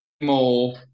more